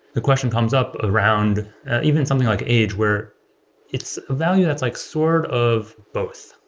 the question comes up around even something like age where it's value that's like sort of both.